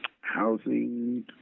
housing